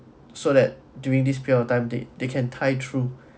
so that during this period of time they they can tide through